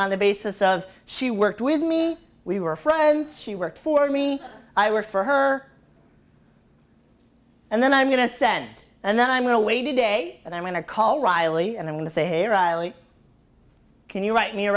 on the basis of she worked with me we were friends she worked for me i worked for her and then i'm going to send and then i'm going away to day and i'm going to call riley and i'm going to say hey riley can you write me a